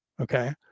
Okay